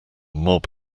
mob